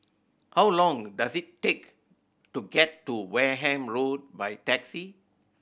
how long does it take to get to Wareham Road by taxi